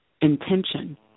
intention